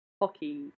hockey